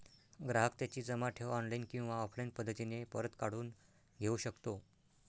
ग्राहक त्याची जमा ठेव ऑनलाईन किंवा ऑफलाईन पद्धतीने परत काढून घेऊ शकतो